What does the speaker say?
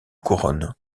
couronne